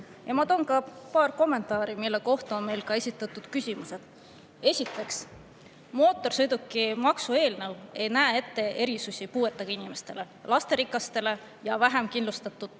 Ma ütlen ka paar kommentaari, mille kohta meil küsimused esitatud on. Esiteks, mootorsõidukimaksu eelnõu ei näe ette erisusi puuetega inimestele, lasterikastele ja vähem kindlustatud